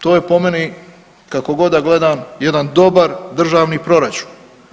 To je po meni kako god da gledam jedan dobar državni proračun.